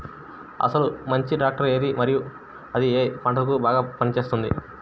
అసలు మంచి ట్రాక్టర్ ఏది మరియు అది ఏ ఏ పంటలకు బాగా పని చేస్తుంది?